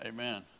Amen